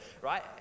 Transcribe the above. right